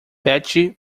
betty